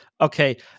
Okay